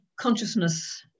consciousness